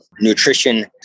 nutrition